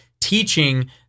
teaching